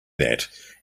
that